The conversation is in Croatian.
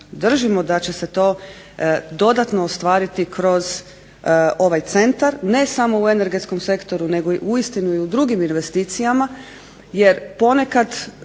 Držimo da će se to dodatno ostvariti kroz ovaj centar ne samo u energetskom sektoru nego uistinu i u drugim investicijama, jer ponekad